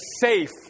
safe